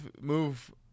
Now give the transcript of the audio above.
move